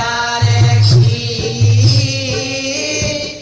e